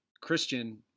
Christian